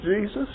Jesus